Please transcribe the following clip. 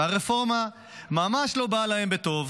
והרפורמה ממש לא באה להם בטוב.